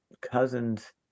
cousin's